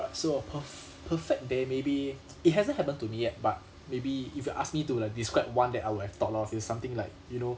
uh so a perf~ perfect day maybe it hasn't happened to me yet but maybe if you ask me to like describe one that I would have thought of it's something like you know